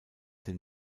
den